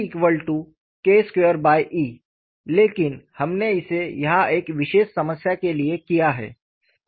GK2E लेकिन हमने इसे यहां एक विशेष समस्या के लिए किया है